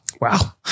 Wow